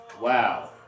Wow